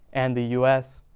and the u s.